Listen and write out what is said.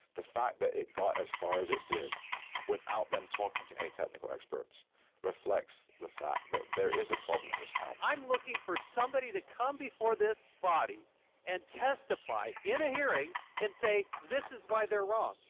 the fact that it got as far as it did without them talking to any technical experts reflects the fact that there is a problem in this town. i'm looking for somebody to come before this body and testify in a hearing and say this is why they are wrong.